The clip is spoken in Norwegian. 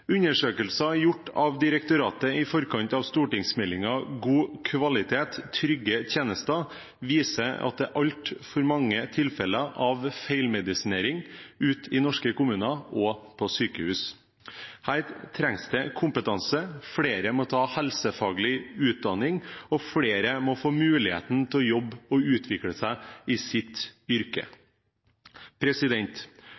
Undersøkelser gjort av direktoratet i forkant av stortingsmeldingen «God kvalitet – trygge tjenester» viser at det er altfor mange tilfeller av feilmedisinering ute i norske kommuner og på sykehus. Her trengs det kompetanse. Flere må ta helsefaglig utdanning, og flere må få muligheten til å jobbe og utvikle seg i sitt